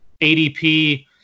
ADP